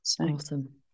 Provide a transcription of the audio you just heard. awesome